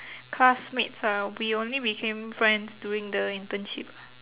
classmates ah we only became friends during the internship